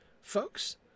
folks